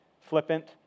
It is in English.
flippant